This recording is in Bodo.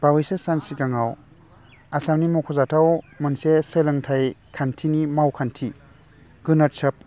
बावैसो सान सिगाङाव आसामनि मख'जाथाव मोनसे सोलोंथाइ खान्थिनि मावखान्थि गुनउत्सब